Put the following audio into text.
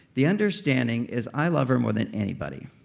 the understanding is i love her more than anybody.